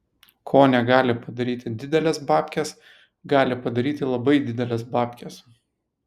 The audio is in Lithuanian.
ko negali padaryti didelės babkės gali padaryti labai didelės babkės